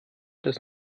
das